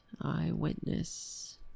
Eyewitness